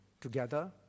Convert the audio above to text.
together